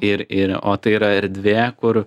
ir ir o tai yra erdvė kur